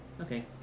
Okay